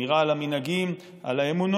בשמירה על המנהגים, על האמונות,